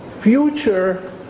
future